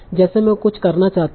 जैसे मैं कुछ करना चाहता हूं